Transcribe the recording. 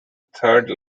third